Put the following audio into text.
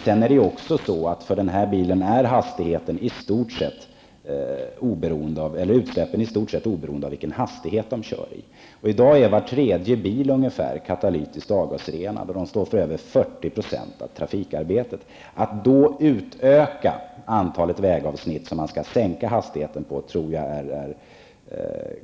För dessa bilar är utsläppen i stort sett oberoende av vilken hastighet man håller. I dag är ungefär var tredje bil katalytiskt avgasrenad. Dessa bilar står för över 40 % av trafikarbetet. Jag tror att det kan vara litet problematiskt att då utöka antalet vägavsnitt som man skall sänka hastigheten på. Vi